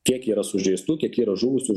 kiek yra sužeistų kiek yra žuvusių